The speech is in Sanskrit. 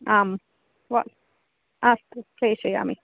आम् व अस्तु प्रेषयामि